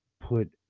put